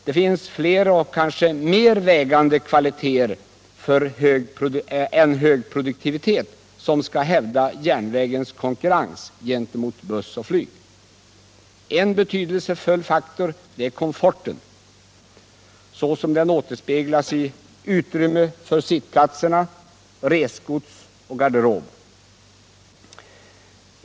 Det finns fler och kanske mer vägande kvaliteter än hög produktivitet, som skall hävda järnvägens konkurrenskraft gentemot buss och flyg. En betydelsefull faktor är komforten, såsom den återspeglas i utrymme för sittplatser, resgods och garderob.